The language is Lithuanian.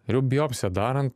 ir jau biopsiją darant